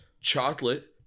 Chocolate